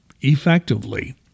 effectively